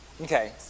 Okay